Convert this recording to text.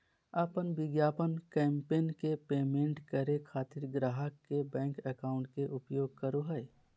अपन विज्ञापन कैंपेन के पेमेंट करे खातिर ग्राहक के बैंक अकाउंट के उपयोग करो हइ